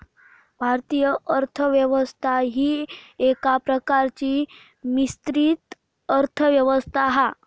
भारतीय अर्थ व्यवस्था ही एका प्रकारची मिश्रित अर्थ व्यवस्था हा